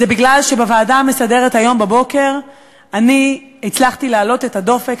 זה מפני שבוועדה המסדרת היום בבוקר הצלחתי להעלות את הדופק